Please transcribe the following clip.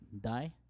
die